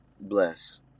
bless